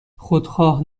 خودخواه